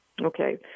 Okay